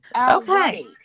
Okay